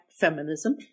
feminism